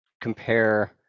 compare